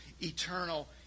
eternal